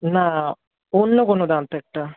না অন্য কোনো দাঁত একটা